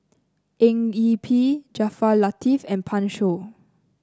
Eng Yee Peng Jaafar Latiff and Pan Shou